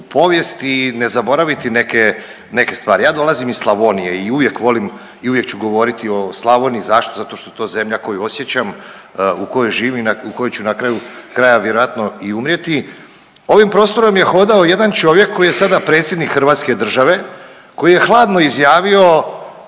povijest i ne zaboraviti neke stvari. Ja dolazim iz Slavonije i uvijek volim i uvijek ću govoriti o Slavoniji. Zašto? Zato što je to zemlja koju osjećam, u kojoj živim i u kojoj ću na kraju krajeva vjerojatno i umrijeti. Ovim prostorom je hodao jedan čovjek koji je sada predsjednik Hrvatske države, koji je hladno izjavio